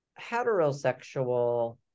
heterosexual